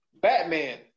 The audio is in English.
Batman